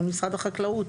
מול משרד החקלאות.